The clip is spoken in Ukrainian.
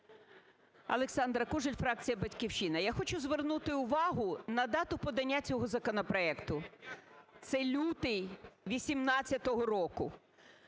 Олександра Кужель, фракція "Батьківщина". Я хочу звернути увагу на дату подання цього законопроекту – це лютий 18-го року.